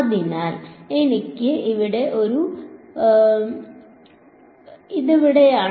അതിനാൽ എനിക്ക് ഇവിടെ ഒരു ഉണ്ട് അത് ഇവിടെയാണ്